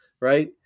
right